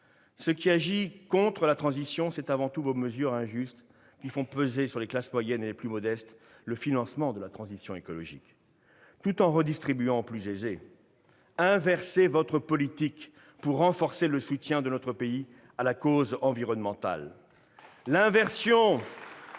Ce qui agit contre la transition écologique, ce sont avant tout vos mesures injustes, qui font peser sur les classes moyennes et les plus modestes son financement, tout en redistribuant aux plus aisés. Inversez votre politique pour renforcer le soutien de notre pays à la cause environnementale ! L'inversion